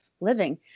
living